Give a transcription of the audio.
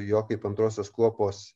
jo kaip antrosios kuopos